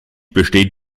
besteht